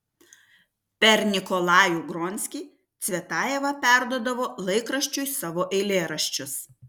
per nikolajų gronskį cvetajeva perduodavo laikraščiui savo eilėraščius